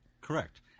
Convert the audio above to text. Correct